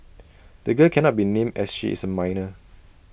the girl cannot be named as she is A minor